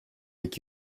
iki